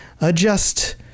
adjust